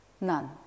None